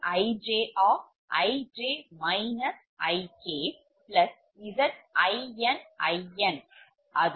ZinIn அதுவும்VjZbIkVi